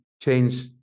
change